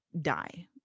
die